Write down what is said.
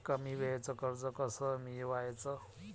कमी वेळचं कर्ज कस मिळवाचं?